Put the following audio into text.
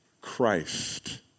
Christ